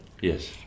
Yes